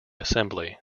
assembly